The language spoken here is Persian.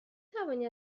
توانی